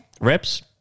reps